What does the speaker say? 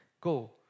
go